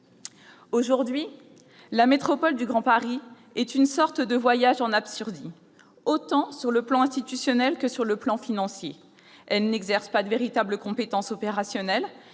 Aujourd'hui, évoquer la métropole du Grand Paris, c'est faire une sorte de « voyage en Absurdie », sur le plan institutionnel comme sur le plan financier. Elle n'exerce pas de véritables compétences opérationnelles,